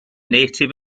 native